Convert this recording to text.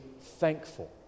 thankful